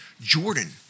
Jordan